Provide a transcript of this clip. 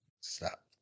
Stop